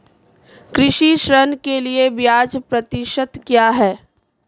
कृषि ऋण के लिए ब्याज प्रतिशत क्या है?